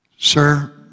Sir